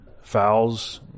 fowls